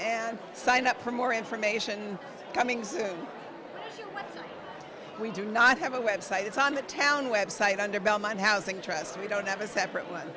and sign up for more information coming soon we do not have a website it's on the town website under belmont housing trust we don't have a separate